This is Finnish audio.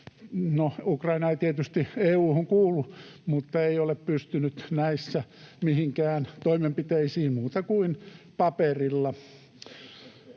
Ukraina ei tietysti EU:hun kuulu — pystynyt näissä mihinkään toimenpiteisiin muuten kuin paperilla.